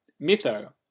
Mytho